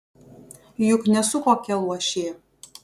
juk nesu kokia luošė